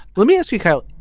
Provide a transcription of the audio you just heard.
let me ask you how.